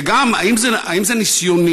וגם, האם זה ניסיוני?